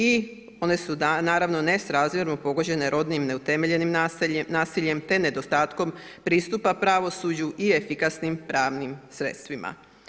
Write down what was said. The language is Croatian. I one su naravno nesrazmjerno pogođene rodinim i neutemeljenim nasiljem, te nedostatkom pristupa pravosuđu i efikasnim pravnim sredstvima.